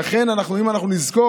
ואכן, אם אנחנו נזכור,